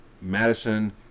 Madison